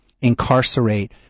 incarcerate